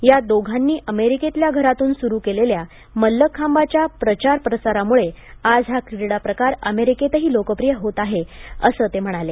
या दोघांनी अमेरिकेतल्या घरातून सुरू केलेल्या मल्लखांबाच्या प्रचार प्रसारामुळे आज हा क्रीडा प्रकार अमेरिकेतही लोकप्रियय होत आहे असं ते म्हणाले